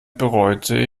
bereute